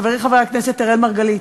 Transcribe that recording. חברי חבר הכנסת אראל מרגלית,